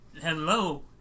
hello